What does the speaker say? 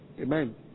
Amen